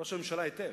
ראש הממשלה היטב,